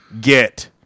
get